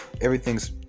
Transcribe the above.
everything's